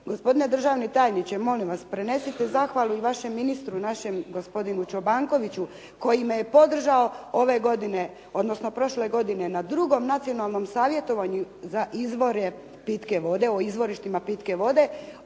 Gospodine državni tajniče, molim vas, prenesite zahvalu i vašem ministru, našem gospodinu Čobankoviću koji me je podržao ove godine odnosno prošle godine na 2. nacionalnom savjetovanju o izvorištima pitke vode.